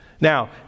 Now